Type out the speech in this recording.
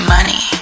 Money